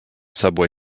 subway